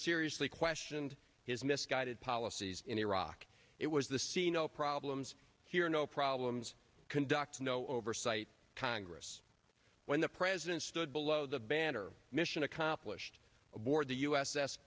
seriously questioned his misguided policies in iraq it was the scene of problems here no problems conduct no oversight congress when the president stood below the vander mission accomplished aboard the u